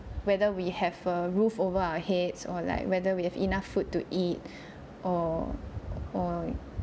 whether we have a roof over our heads or like whether we have enough food to eat or or